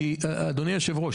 אדוני היושב-ראש,